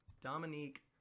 Dominique